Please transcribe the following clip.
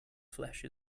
flesh